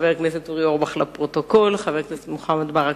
חבר הכנסת מנחם אליעזר מוזס שאל